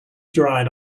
dried